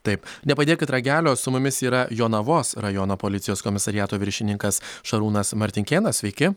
taip nepadėkit ragelio su mumis yra jonavos rajono policijos komisariato viršininkas šarūnas martinkėnas sveiki